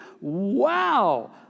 Wow